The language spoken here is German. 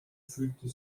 fühlten